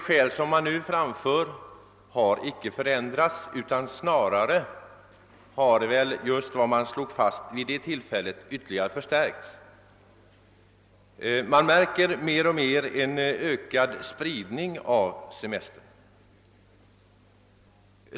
Skälen för en ändring har icke förstärkts, utan snarare har väl de argument som vid dessa tillfällen anfördes mot förslaget fått ökad vikt. Vi märker en allt större spridning av semestrarna.